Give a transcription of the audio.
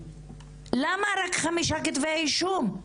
למה רק חמישה כתבי אישום?